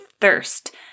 thirst